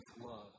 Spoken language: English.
love